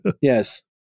Yes